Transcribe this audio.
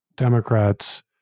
Democrats